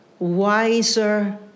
Wiser